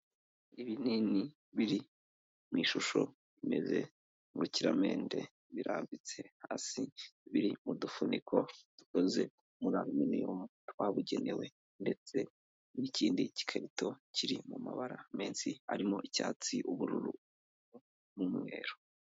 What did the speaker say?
Ibinini biri mu ishusho imeze nk'ubukiramende birambitse hasi biri mu dufuniko dukoze muri aluminiyumu twabugenewe ndetse n'ikindi gikarito kiri mu mabara menshi, arimo icyatsi, ubururu n'umweru.